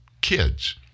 kids